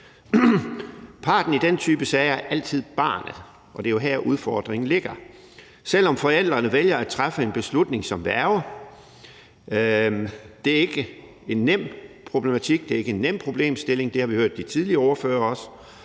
Parten i den type sager er altid barnet, og det er jo her, hvor udfordringen ligger, selv om forældrene vælger at træffe en beslutning som værge. Det er ikke en nem problematik eller problemstilling; det har vi også